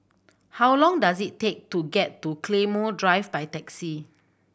how long does it take to get to Claymore Drive by taxi